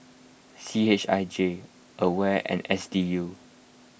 C H I J Aware and S D U